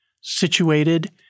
situated